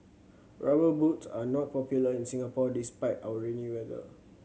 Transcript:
Rubber Boots are not popular in Singapore despite our rainy weather